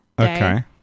okay